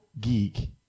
geek